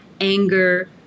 anger